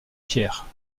pierre